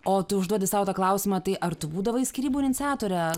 o tu užduodi sau tą klausimą tai ar tu būdavai skyrybų iniciatore